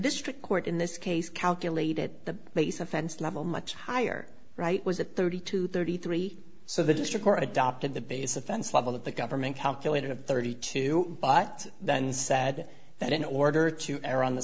district court in this case calculated the use of fence level much higher right was at thirty two thirty three so the district or adopted the base offense level of the government calculated of thirty two but then said that in order to err on the